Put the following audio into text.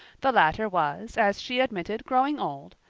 the latter was, as she admitted, growing old,